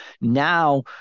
Now